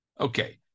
Okay